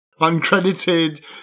Uncredited